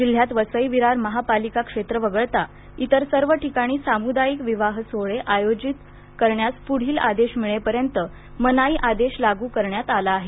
जिल्ह्यात वसई विरार महापालिका क्षेत्र वगळता इतर सर्व ठिकाणी सामुदायिक विवाह सोहळे आयोजित करण्यास पुढील आदेश मिळेपर्यंत मनाई आदेश लागू करण्यात आला आहे